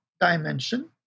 dimension